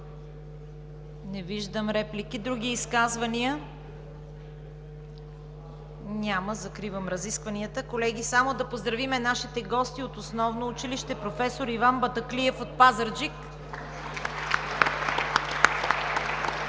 Не виждам реплики. Други изказвания? Няма. Закривам разискванията. Колеги, само да поздравим нашите гости от основно училище „Професор Иван Батаклиев“ от Пазарджик.